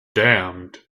damned